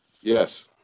Yes